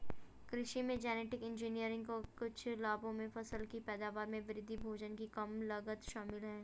कृषि में genetic engineering के कुछ लाभों में फसल की पैदावार में वृद्धि, भोजन की कम लागत शामिल हैं